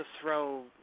throw